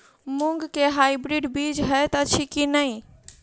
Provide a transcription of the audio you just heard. मूँग केँ हाइब्रिड बीज हएत अछि की नै?